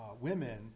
women